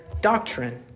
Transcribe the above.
doctrine